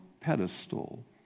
pedestal